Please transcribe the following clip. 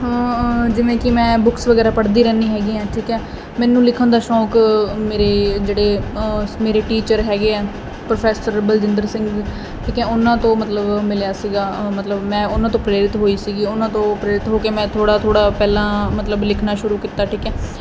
ਜਿਵੇਂ ਕਿ ਮੈਂ ਬੁੱਕਸ ਵਗੈਰਾ ਪੜਦੀ ਰਹਿੰਦੀ ਹੈਗੀ ਆ ਠੀਕ ਐ ਮੈਨੂੰ ਲਿਖਣ ਦਾ ਸ਼ੌਂਕ ਮੇਰੇ ਜਿਹੜੇ ਮੇਰੇ ਟੀਚਰ ਹੈਗੇ ਆ ਪ੍ਰੋਫੈਸਰ ਬਲਜਿੰਦਰ ਸਿੰਘ ਠੀਕ ਐ ਉਹਨਾਂ ਤੋਂ ਮਤਲਬ ਮਿਲਿਆ ਸੀਗਾ ਮਤਲਬ ਮੈਂ ਉਹਨਾਂ ਤੋਂ ਪ੍ਰੇਰਿਤ ਹੋਈ ਸੀ ਉਹਨਾਂ ਤੋਂ ਪ੍ਰੇਰਿਤ ਹੋ ਕੇ ਮੈਂ ਥੋੜਾ ਥੋੜਾ ਪਹਿਲਾਂ ਮਤਲਬ ਲਿਖਣਾ ਸ਼ੁਰੂ ਕੀਤਾ ਠੀਕ ਐ